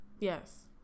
Yes